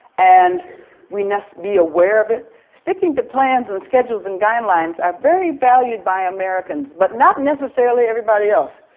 and we must be aware of it. sticking to plans and schedules and guidelines are very valued by americans but not necessarily everybody else.